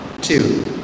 Two